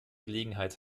gelegenheit